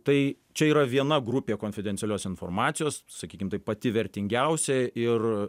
tai čia yra viena grupė konfidencialios informacijos sakykim taip pati vertingiausia ir